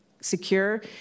secure